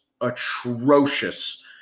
atrocious